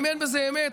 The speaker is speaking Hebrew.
אם אין בזה אמת,